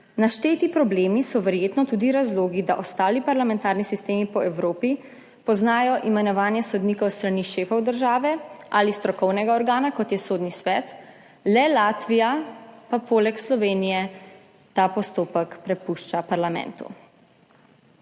Našteti problemi so verjetno tudi razlogi, da ostali parlamentarni sistemi po Evropi poznajo imenovanje sodnikov s strani šefov države ali strokovnega organa, kot je Sodni svet, le Latvija pa poleg Slovenije ta postopek prepušča parlamentu.